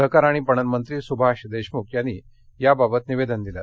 सहकार आणि पणन मंत्री सुभाष देशमुख यांनी याबाबत निवेदन दिलं